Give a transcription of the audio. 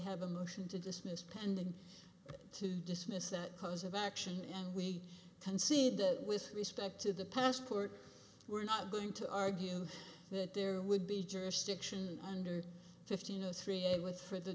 have a motion to dismiss pending to dismiss that cause of action and we can see that with respect to the passport we're not going to argue that there would be jurisdiction under fifteen zero three a with for the